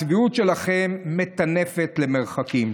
הצביעות שלכם מטנפת למרחקים.